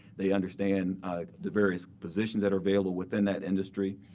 they understand the various positions that are available within that industry.